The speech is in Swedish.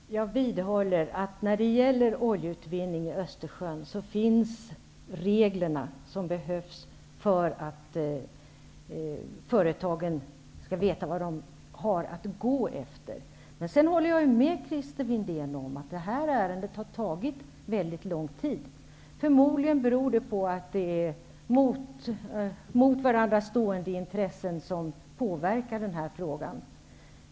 Herr talman! Jag vidhåller att när det gäller oljeutvinning i Östersjön finns de regler som behövs för att företagen skall veta vad de har att gå efter. Jag håller sedan med Christer Windén om att detta ärende har tagit väldigt lång tid. Förmodligen beror det på att det är mot varandra stående intressen som påverkar denna fråga.